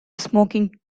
smoking